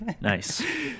Nice